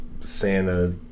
Santa